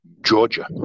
Georgia